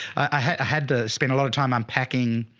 i had had to spend a lot of time unpacking